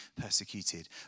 persecuted